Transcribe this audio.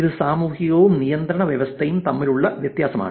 ഇത് സാമൂഹികവും നിയന്ത്രണ വ്യവസ്ഥയും തമ്മിലുള്ള വ്യത്യാസമാണ്